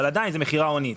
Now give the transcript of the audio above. אבל עדיין זה מכירה הונית.